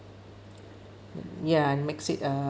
ya and makes it a